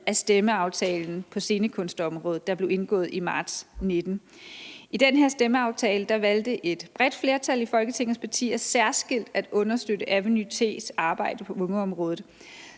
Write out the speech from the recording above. i stemmeaftalen på scenekunstområdet, der blev indgået i marts 2019. I den her stemmeaftale valgte et bredt flertal af Folketingets partier særskilt at understøtte Aveny-T's arbejde på ungeområdet.